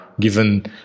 given